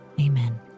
Amen